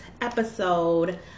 episode